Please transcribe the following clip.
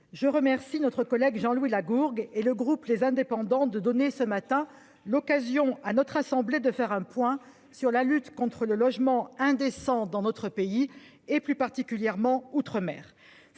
je remercie notre collègue Jean-Louis Lagourgue et le groupe Les Indépendants de donner, ce matin, l'occasion à notre assemblée de faire un point sur la lutte contre le logement indécent dans notre pays et, plus particulièrement, outre-mer.